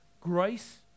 grace